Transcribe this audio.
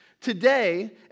Today